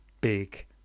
big